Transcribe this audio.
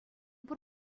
пур